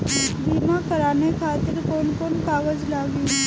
बीमा कराने खातिर कौन कौन कागज लागी?